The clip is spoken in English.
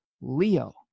Leo